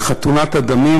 על חתונת הדמים,